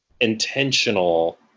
intentional